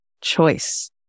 choice